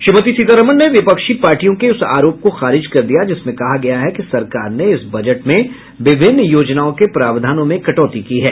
श्रीमती सीतारामन ने विपक्षी पार्टियों के उस आरोप को खारिज कर दिया जिसमें कहा गया है कि सरकार ने इस बजट में विभिन्न योजनाओं के प्रावधानों में कटौती की है